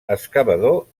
excavador